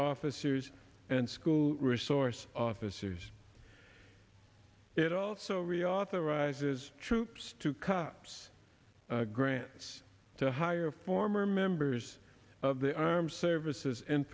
officers and school resource officers it also reauthorizes troops to cops grants to hire former members of the armed services in